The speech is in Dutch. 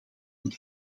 een